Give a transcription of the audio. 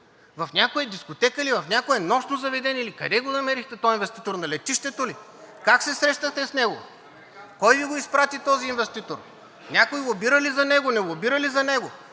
В някоя дискотека ли, в някое нощно заведение ли, къде го намерихте този инвеститор, на летището ли? Как се срещнахте с него? Кой Ви го изпрати този инвеститор? Някой лобира ли за него, не лобира ли за него?